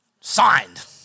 signed